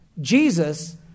Jesus